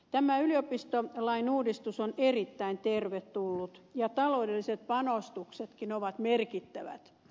tämä yliopistolain uudistus on erittäin tervetullut ja taloudelliset panostuksetkin ovat merkittävät